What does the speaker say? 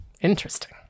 Interesting